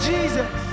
Jesus